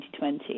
2020